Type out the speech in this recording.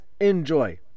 enjoy